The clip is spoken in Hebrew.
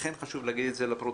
לכן חשוב להגיד את זה לפרוטוקול.